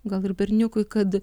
gal ir berniukui kad